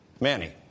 Manny